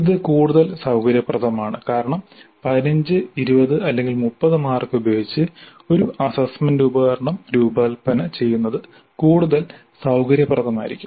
ഇത് കൂടുതൽ സൌകര്യപ്രദമാണ് കാരണം 15 20 അല്ലെങ്കിൽ 30 മാർക്ക് ഉപയോഗിച്ച് ഒരു അസ്സസ്സ്മെന്റ് ഉപകരണം രൂപകൽപ്പന ചെയ്യുന്നത് കൂടുതൽ സൌകര്യപ്രദമായിരിക്കും